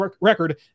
record